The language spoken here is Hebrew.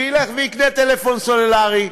שילך ויקנה טלפון סלולרי.